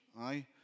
aye